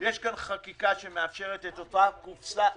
יש פה חקיקה שמאפשרת את אותה קופסה אוצרית.